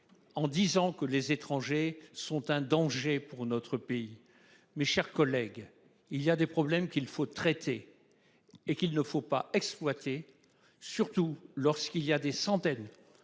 en disant qu'ils sont un danger pour notre pays. Mes chers collègues, il est des problèmes qu'il faut traiter et ne pas exploiter, surtout lorsque des centaines,